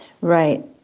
Right